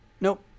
nope